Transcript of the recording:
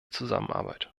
zusammenarbeit